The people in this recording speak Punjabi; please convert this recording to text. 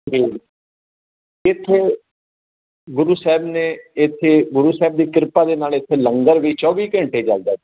ਇੱਥੇ ਗੁਰੂ ਸਾਹਿਬ ਨੇ ਇੱਥੇ ਗੁਰੂ ਸਾਹਿਬ ਦੀ ਕਿਰਪਾ ਦੇ ਨਾਲ ਇੱਥੇ ਲੰਗਰ ਵੀ ਚੌਵੀ ਘੰਟੇ ਚੱਲਦਾ ਜੀ